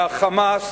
מה"חמאס"